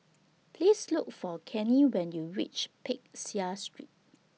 Please Look For Cannie when YOU REACH Peck Seah Street